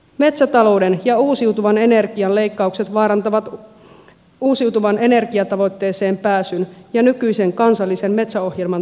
metsätalouden ja uusiutuvan energian leikkaukset vaarantavat uusiutuvan energian tavoitteeseen pääsyn ja nykyisen kansallisen metsäohjelman toteutumisen